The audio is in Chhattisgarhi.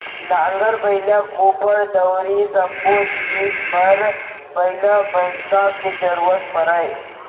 नांगर, बइला, कोपर, दउंरी सब्बो जिनिस बर बइला भईंसा के जरूरत परय